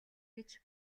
гэж